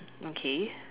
okay